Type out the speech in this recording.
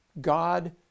God